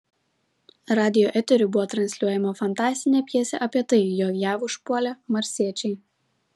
radijo eteriu buvo transliuojama fantastinė pjesė apie tai jog jav užpuolė marsiečiai